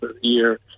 year